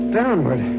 downward